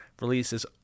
releases